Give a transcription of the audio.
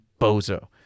bozo